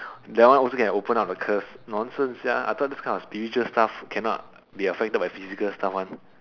that one also can open up the curse nonsense sia I thought this kind of spiritual stuff cannot be affected by physical stuff one